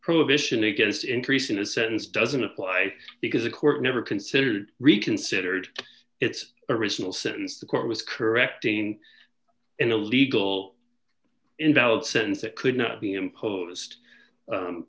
prohibition against increasing his sentence doesn't apply because the court never considered reconsidered its original sentence the court was correcting in a legal invalid sense it could not be imposed